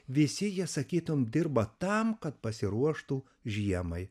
visi jie sakytum dirba tam kad pasiruoštų žiemai